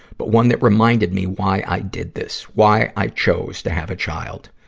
but one that reminded me why i did this, why i chose to have a child.